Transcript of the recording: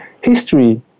History